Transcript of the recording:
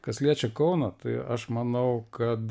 kas liečia kauną tai aš manau kad